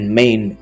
main